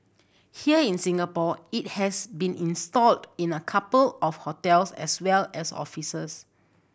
here in Singapore it has been installed in a couple of hotels as well as offices